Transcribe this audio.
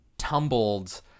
tumbled